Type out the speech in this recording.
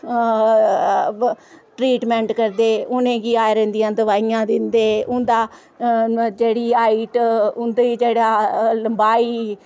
treatment करदे उ'नें गी दोआइयां दिंदे उं'दी जेहडी हाइट उं'दी जेह्ड़ी लम्माई